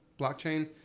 blockchain